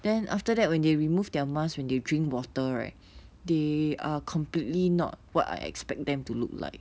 then after that when they remove their masks when they drink water right they are completely not what I expect them to look like